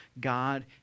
God